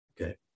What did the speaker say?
Okay